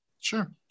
Sure